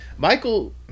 Michael